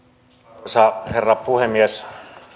arvoisa herra puhemies